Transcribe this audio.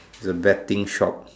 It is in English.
the betting shop